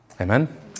Amen